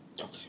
Okay